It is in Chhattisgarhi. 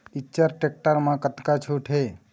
इच्चर टेक्टर म कतका छूट हे?